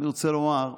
אני רוצה לומר,